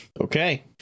okay